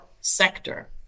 sector